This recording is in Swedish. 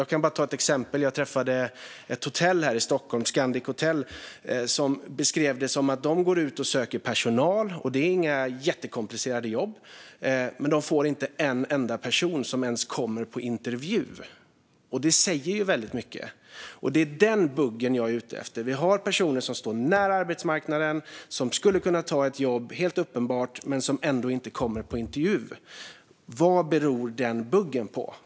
Jag kan ta ett exempel. Jag träffade nyligen representanter för ett Scandichotell här i Stockholm. De går ut och söker personal, och det är inte några jättekomplicerade jobb, men de får inte ens en enda person som kommer på intervju. Det säger väldigt mycket. Det är den buggen som jag är ute efter. Vi har personer som står nära arbetsmarknaden, och som helt uppenbart skulle kunna ta ett jobb, men som ändå inte kommer på intervju. Vad beror den buggen på?